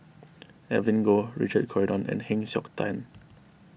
Evelyn Goh Richard Corridon and Heng Siok Tian